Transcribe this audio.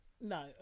no